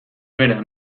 bera